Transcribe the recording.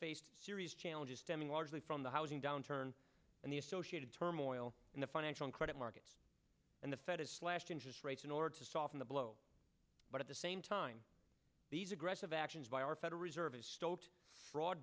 faced serious challenges stemming largely from the housing downturn and the associated turmoil in the financial credit markets and the fed has slashed interest rates in order to soften the blow but at the same time these aggressive actions by our federal reserve has stoked fraud